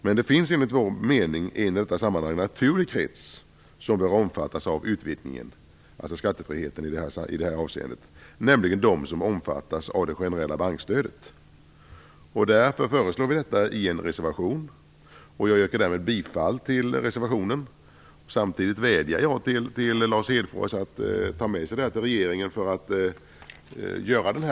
Men det finns enligt vår mening en naturlig krets som bör omfattas av utvidgningen, alltså av skattefriheten, nämligen dem som omfattas av det generella bankstödet. Därför föreslår vi just detta i en reservation. Jag yrkar bifall till reservationen, och vädjar samtidigt till Lars Hedfors att ta med sig denna lösning till regeringen.